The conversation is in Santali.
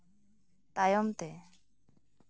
ᱛᱟᱭᱚᱢ ᱛᱮ